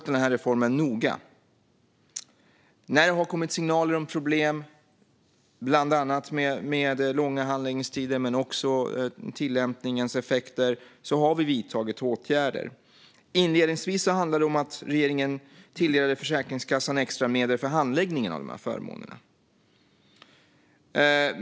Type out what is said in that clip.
När det har kommit signaler om problem, bland annat med långa handläggningstider men också med tillämpningens effekter, har vi vidtagit åtgärder. Inledningsvis handlade det om att regeringen tilldelade Försäkringskassan extra medel för handläggningen av de här förmånerna.